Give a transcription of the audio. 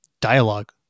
dialogue